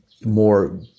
more